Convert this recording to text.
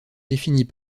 définit